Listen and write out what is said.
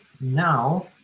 Now